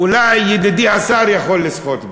אולי ידידי השר יכול לשחות בו.